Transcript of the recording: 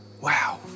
Wow